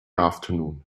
afternoon